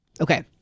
Okay